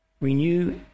renew